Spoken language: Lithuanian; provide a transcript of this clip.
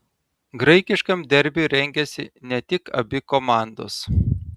graikiškam derbiui rengiasi ne tik abi komandos